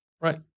Right